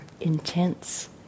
intense